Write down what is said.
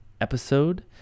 episode